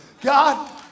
God